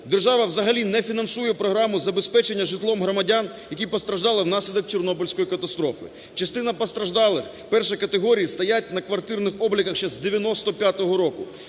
держава взагалі не фінансує програму забезпечення житлом громадян, які постраждали внаслідок Чорнобильської катастрофи. Частина постраждалих І категорії стоять на квартирних обліках ще з 1995 року.